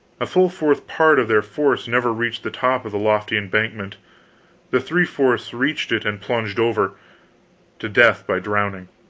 a full fourth part of their force never reached the top of the lofty embankment the three-fourths reached it and plunged over to death by drowning.